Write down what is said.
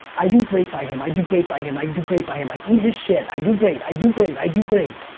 i do great by him, i do great by him, i do great by him. i eat his shit. i do great, i do great, i do great.